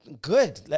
good